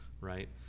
right